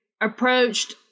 approached